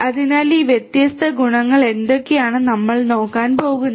അതിനാൽ ഈ വ്യത്യസ്ത ഗുണങ്ങൾ എന്തൊക്കെയാണ് നമ്മൾ നോക്കാൻ പോകുന്നത്